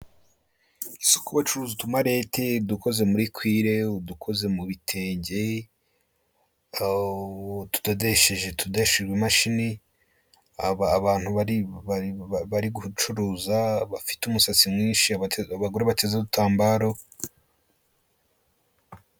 Isoko bacuruza utumaleti, udukoze muri kwire ,udukoze mu bitenge, tudodesheje mumashini, abantu bari gucuruza bafite umusatsi mwinshi, abagore bateze udutambaro.